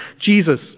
Jesus